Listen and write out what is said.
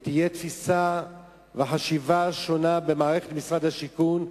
ולא תהיה תסיסה וחשיבה שונה במשרד השיכון,